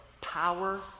power